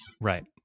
Right